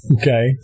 Okay